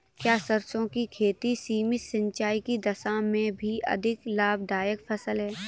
क्या सरसों की खेती सीमित सिंचाई की दशा में भी अधिक लाभदायक फसल है?